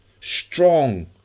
strong